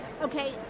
Okay